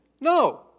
no